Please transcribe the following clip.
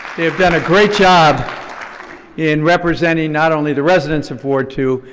they have done a great job in representing not only the residents of ward two,